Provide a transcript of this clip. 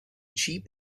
cheap